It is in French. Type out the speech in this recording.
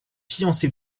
fiancée